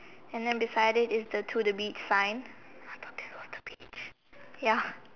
and then beside it is the to the beach sign ya